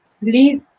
please